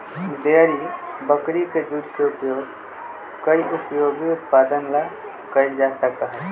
dairy बकरी के दूध के उपयोग कई उपयोगी उत्पादन ला कइल जा सका हई